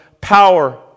power